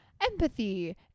empathy